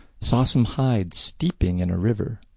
saw some hides steeping in a river,